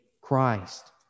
Christ